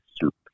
Soup